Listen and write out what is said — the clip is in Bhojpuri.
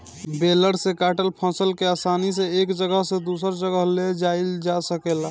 बेलर से काटल फसल के आसानी से एक जगह से दूसरे जगह ले जाइल जा सकेला